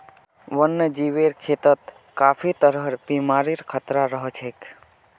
वन्यजीवेर खेतत काफी तरहर बीमारिर खतरा रह छेक